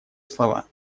слова